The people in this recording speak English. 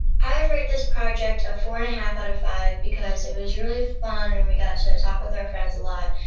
i would rate this project a four-and-a-half out of five because it was really fun and we got to talk with our friends a lot.